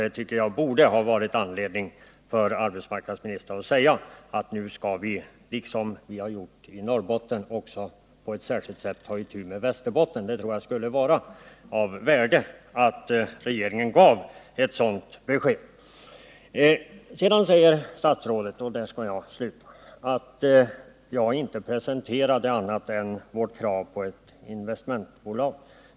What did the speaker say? Jag tycker att-detta borde ha föranlett arbetsmarknadsministern att säga att regeringen nu, liksom man gjort i Norrbotten, med särskilda åtgärder skall ta itu med Västerbotten. Jag tror att ett sådant besked från regeringen skulle vara av värde. Vidare säger statsrådet, och där skall jag sluta, att jag inte presenterat annat än vårt krav på ett investmentbolag.